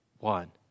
One